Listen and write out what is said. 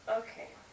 okay